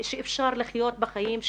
שאפשר יהיה לחיות בה חיים.